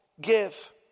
give